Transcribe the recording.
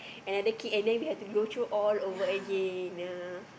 another kid and then we have to go through all over again ya